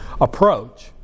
approach